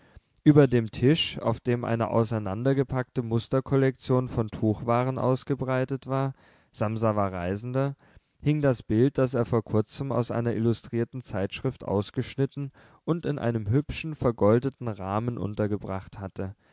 über dem tisch auf dem eine auseinandergepackte musterkollektion von tuchwaren ausgebreitet war samsa war reisender hing das bild das er vor kurzem aus einer illustrierten zeitschrift ausgeschnitten und in einem hübschen vergoldeten rahmen untergebracht hatte